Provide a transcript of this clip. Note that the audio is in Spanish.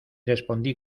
respondí